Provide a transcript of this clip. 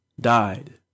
Died